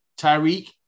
Tyreek